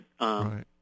Right